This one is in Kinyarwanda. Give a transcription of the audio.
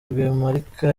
rwemarika